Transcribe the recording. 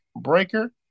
Breaker